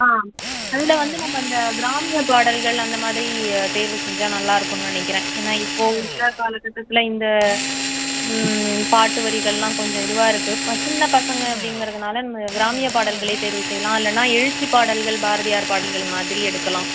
ஆ அதில் வந்து நம்ம இந்த கிராமிய பாடல்கள் அந்த மாதிரி தேர்வு செஞ்சால் நல்லா இருக்கும்ன்னு நினைக்கிறேன் ஏன்னா இப்போ உள்ள காலகட்டத்தில் இந்த பாட்டு வரிகள் எல்லாம் கொஞ்சம் இதுவாக இருக்கு ப சின்னப்பசங்க அப்படிங்கறதுனால நம்ம கிராமிய பாடல்களே தேர்வு செய்யலாம் இல்லைன்னா எழுச்சி பாடல்கள் பாரதியார் பாடல்கள் மாதிரி எடுக்கலாம்